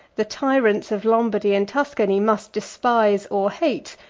the tyrants of lombardy and tuscany must despise, or hate,